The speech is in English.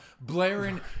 blaring